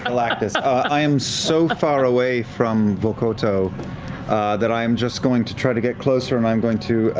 galactus. i am so far away from vokodo that i am just going to try to get closer, and i am going to